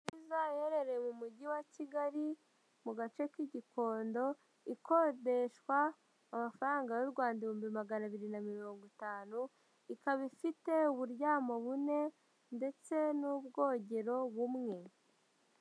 Inzu nziza iherereye mu mujyi wa Kigali mu gace k'i Gikondo, ikodeshwa amafaranga y'u Rwanda ibihumbi magana abiri na mirongo itanu, ikaba ifite uburyamo bune ndetse n'ubwogero bumwe.